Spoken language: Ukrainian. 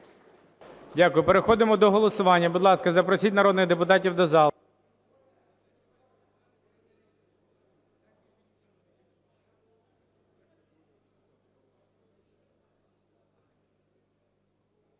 Дякую. Переходимо до голосування. Будь ласка, запросіть народних депутатів до зали.